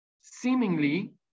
Seemingly